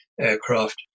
aircraft